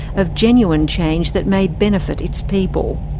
of genuine change that may benefit its people.